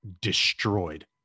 destroyed